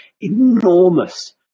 enormous